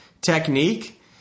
technique